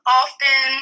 often